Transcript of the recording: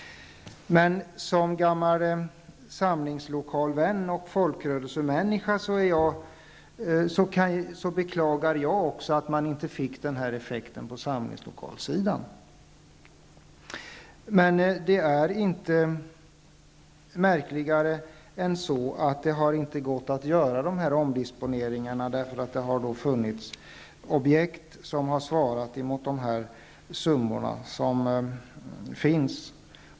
Som gammal samlingslokalsvän och folkrörelsemänniska beklagar jag också att man inte fick den här effekten när det gäller samlingslokaler. Men det är inte märkligare än att det inte gick att göra sådana omdisponeringar, eftersom det har funnits objekt som har svarat mot de summor som finns.